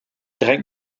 drängt